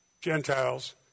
Gentiles